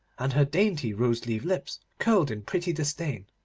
and her dainty rose-leaf lips curled in pretty disdain.